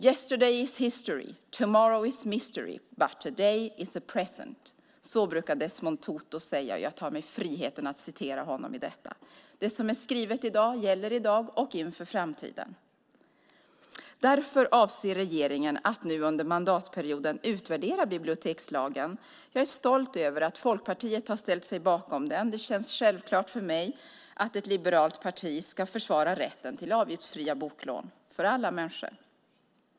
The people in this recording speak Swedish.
"Yesterday is history, tomorrow is mystery, but today is the present." Så brukar Desmond Tutu säga. Jag tar mig friheten att citera honom i detta. Det som är skrivet i dag gäller i dag och för framtiden. Därför avser regeringen att nu under mandatperioden utvärdera bibliotekslagen. Jag är stolt över att Folkpartiet har ställt sig bakom den. Det känns självklart för mig att ett liberalt parti ska försvara rätten till avgiftsfria boklån för alla människor.